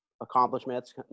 accomplishments